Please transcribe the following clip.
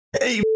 hey